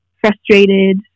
frustrated